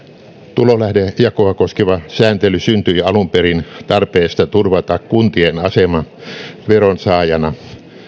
tulolähdejakoa koskeva sääntely syntyi alun perin tarpeesta turvata kuntien asema veronsaajana